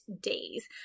days